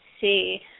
see